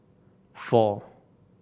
four